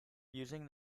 using